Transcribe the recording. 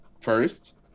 first